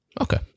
okay